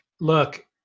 look